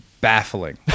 baffling